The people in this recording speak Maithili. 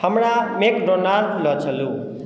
हमरा मैकडोनाल्ड लऽ चलू